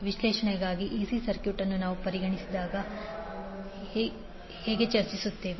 ವಿಶ್ಲೇಷಣೆಗಾಗಿ AC circuit ಅನ್ನು ನಾವು ಪರಿಗಣಿಸಿದಾಗ ನಾವು ಚರ್ಚಿಸುತ್ತೇವೆ